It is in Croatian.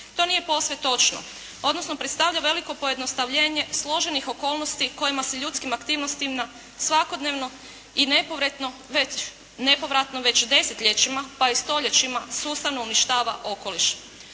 to nije posve točno, odnosno predstavlja veliko pojednostavljenje složenih okolnosti kojima se ljudskim aktivnostima svakodnevno i nepovratno već desetljećima pa i stoljećima sustavno uništava okoliš.